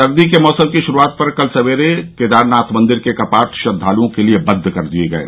सर्दी के मौसम की शुरुआत पर कल सवेरे केदारनाथ मंदिर के कपाट श्रद्वालुओं के लिए बंद कर दिये गये